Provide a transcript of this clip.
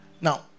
Now